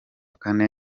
kane